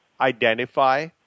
identify